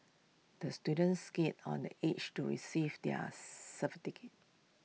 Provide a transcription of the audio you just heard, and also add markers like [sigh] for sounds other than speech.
the student skated on the age to receive their [unintelligible]